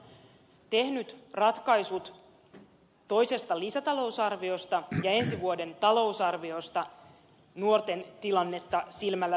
hallitus on tehnyt ratkaisut toisesta lisätalousarviosta ja ensi vuoden talousarviosta nuorten tilannetta silmälläpitäen